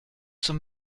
zum